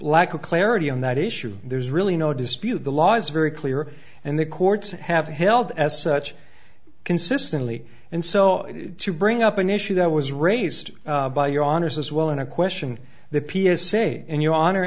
lack of clarity on that issue there's really no dispute the law is very clear and the courts have held as such consistently and so to bring up an issue that was raised by your honour's as well in a question that p s a in your honor